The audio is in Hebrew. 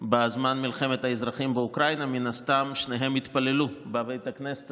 חבריי השרים וחברי הכנסת,